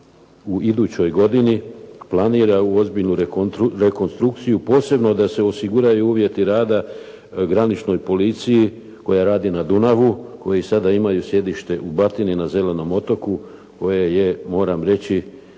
u idućoj godini planira u ozbiljnu rekonstrukciju, posebno da se osiguraju uvjeti rada graničnoj policiji koja radi na Dunavu, koji sada imaju sjedište u Batini na Zelenom otoku koje je, moram reći